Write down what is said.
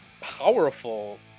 powerful